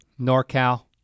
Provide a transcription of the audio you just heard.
NorCal